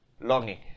longing